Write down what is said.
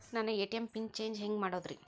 ನನ್ನ ATM pin change ಹೆಂಗ್ ಮಾಡೋದ್ರಿ?